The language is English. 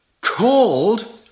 called